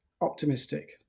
optimistic